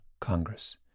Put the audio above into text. Congress